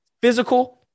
Physical